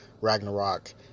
Ragnarok